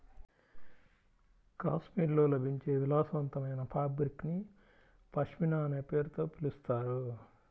కాశ్మీర్లో లభించే విలాసవంతమైన ఫాబ్రిక్ ని పష్మినా అనే పేరుతో పిలుస్తారు